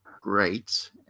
great